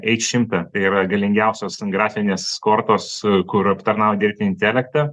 ei šimtą tai yra galingiausios grafinės kortos kur aptarnauja dirbtinį intelektą